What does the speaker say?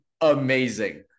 amazing